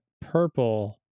purple